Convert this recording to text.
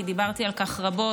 כי דיברתי על כך רבות.